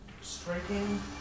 striking